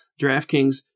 DraftKings